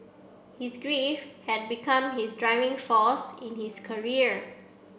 his grief had become his driving force in his career